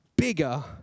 bigger